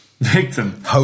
victim